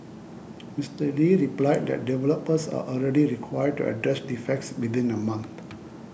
Mister Lee replied that developers are already required to address defects within a month